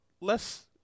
less